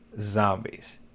zombies